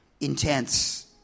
intense